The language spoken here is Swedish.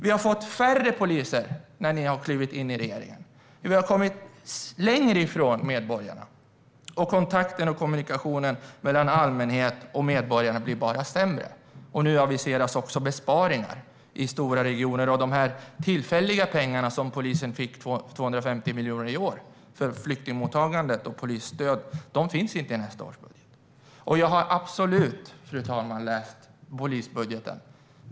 Vi har fått färre poliser efter att ni klivit in i regeringen. Vi har kommit längre ifrån medborgarna. Kontakten och kommunikationen med allmänheten och medborgarna blir bara sämre. Nu aviseras också besparingar i stora regioner. De tillfälliga pengar som polisen fick i år - 250 miljoner för flyktingmottagande och polisstöd - finns inte i nästa års budget. Fru talman! Jag har absolut läst polisbudgeten.